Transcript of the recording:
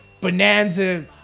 Bonanza